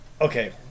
Okay